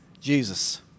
Jesus